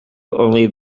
only